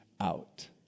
out